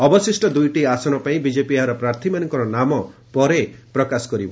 ଅବଶିଷ୍ଟ ଦୁଇଟି ଆସନ ପାଇଁ ବିଜେପି ଏହାର ପ୍ରାର୍ଥୀମାନଙ୍କର ନାମ ପରେ ପ୍ରକାଶ କରିବ